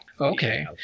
okay